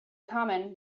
common